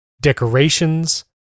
decorations